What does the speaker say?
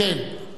אדוני,